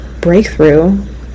breakthrough